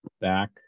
back